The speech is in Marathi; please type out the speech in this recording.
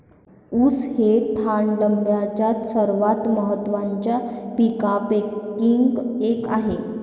ऊस हे थायलंडच्या सर्वात महत्त्वाच्या पिकांपैकी एक आहे